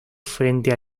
frente